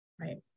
Right